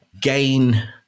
Gain